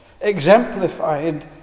exemplified